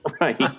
Right